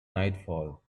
nightfall